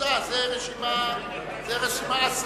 זו רשימה אסלית,